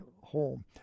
home